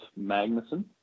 Magnuson